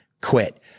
quit